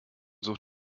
such